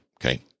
okay